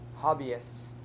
hobbyists